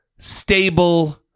stable